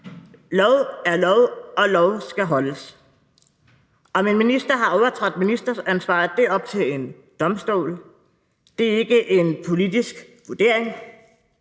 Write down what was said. Lov er lov, og lov skal holdes. Om en minister har overtrådt ministeransvaret er op til en domstol. Det er ikke en politisk vurdering.